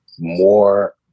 more